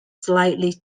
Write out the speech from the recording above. slightly